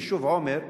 היישוב עומר,